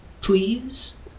please